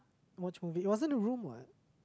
watch movie it wasn't a room what